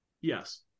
Yes